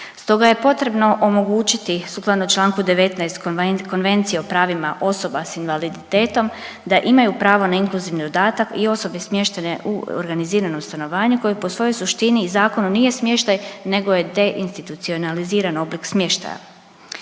Stoga je potrebno omogućiti sukladno Članku 19. Konvencije o pravima osoba s invaliditetom da imaju pravo na inkluzivni dodatak i osobe smještene u organiziranom stanovanju koji po svojoj suštini i zakonu nije smještaj nego je deinstitucionaliziran oblik smještaja